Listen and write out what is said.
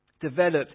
developed